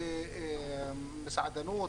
במסעדנות,